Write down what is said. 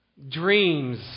Dreams